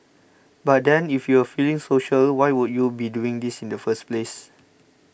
but then if you were feeling social why would you be doing this in the first place